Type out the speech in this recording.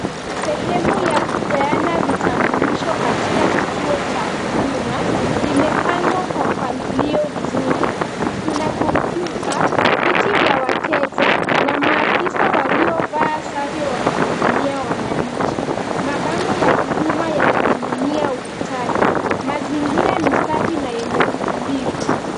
Sehemu ya kupeana vitambulisho katika kituo cha huduma, limepangwa kwa mpangilio mzuri, kuna kompyuta, viti vya wateja, na maafisa waliovaa sare wakihudumia wananchi. Mabango ya huduma yananing'inia ukutani. Mazingira ni safi na yenye utulivu.